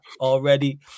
already